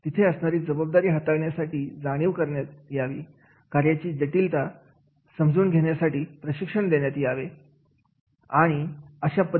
तिथे असणारी जबाबदारी हाताळण्यासाठी जाणीव करण्यासाठी कार्याची जटिल का समजून घेण्यासाठी प्रशिक्षण देण्यात यावे